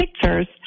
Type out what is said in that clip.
pictures